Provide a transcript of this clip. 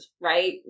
right